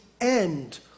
end